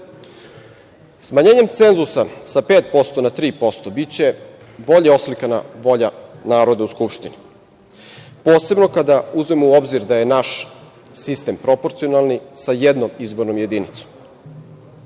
zanemarimo. Smanjenjem cenzusa sa 5% na 3% biće bolje oslikana volja naroda u Skupštini, posebno kad uzmemo u obzir da je naš sistem proporcionalni sa jednom izbornom